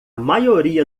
maioria